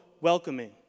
welcoming